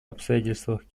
обстоятельствах